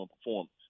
performance